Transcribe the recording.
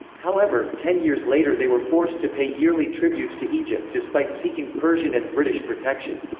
however, ten years later they were forced to pay yearly tributes to egypt despite seeking persian and british protection.